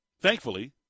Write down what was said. Thankfully